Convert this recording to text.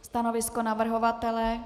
Stanovisko navrhovatele?